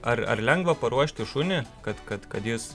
ar ar lengva paruošti šunį kad kad kad jis